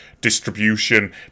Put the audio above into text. distribution